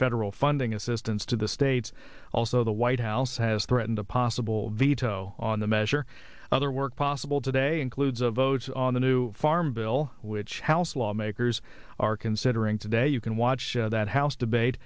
federal funding assistance to the states also the white house has threatened a possible veto on the measure other work possible today includes of votes on the new farm bill which house lawn hers are considering today you can watch that house debate